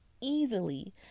easily